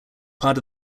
part